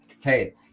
hey